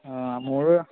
অ মোৰো